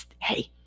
hey